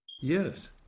Yes